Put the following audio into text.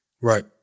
Right